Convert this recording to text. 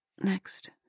Next